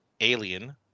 Alien